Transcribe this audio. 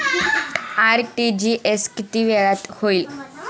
RTGS किती वेळात होईल?